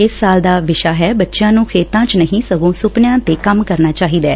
ਇਸ ਸਾਲ ਦਾ ਵਿਸ਼ਾ ਏ ਬੱਚਿਆਂ ਨੂੰ ਖੇਤਾਂ ਚ ਨਹੀਂ ਸਗੋਂ ਸੁਪਨਿਆਂ ਤੇ ਕੰਮ ਕਰਨਾ ਚਾਹੀਦੈ